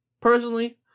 personally